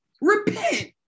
Repent